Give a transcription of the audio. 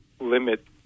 limit